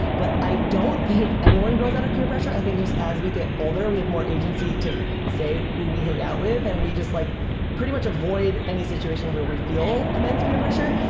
but i don't think anyone grows out of peer pressure. i think just as we get older, we have more agency to say who we hang out with and we just like pretty much avoid any situation where we feel immense peer pressure.